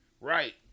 Right